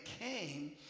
came